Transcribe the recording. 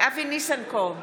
אבי ניסנקורן,